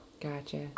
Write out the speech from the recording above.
Gotcha